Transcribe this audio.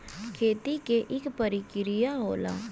खेती के इक परिकिरिया होला